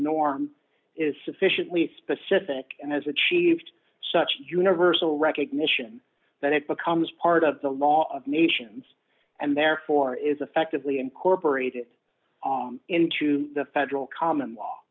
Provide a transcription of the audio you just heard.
norm is sufficiently specific and has achieved such universal recognition that it becomes part of the law of nations and therefore is effectively incorporated into the federal common law